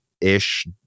ish